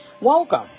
Welcome